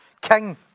king